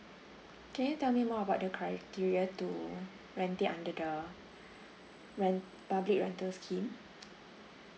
can you tell me more about the criteria to rent it under the rent public rental scheme